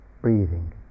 Breathing